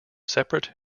separate